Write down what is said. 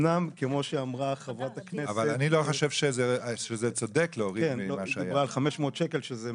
אבל אני חושב שגם הרעיון שחיים כץ באמת